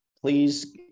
please